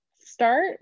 Start